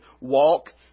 walk